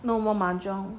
no more mahjong